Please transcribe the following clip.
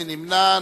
מי נמנע?